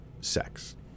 sex